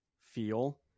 feel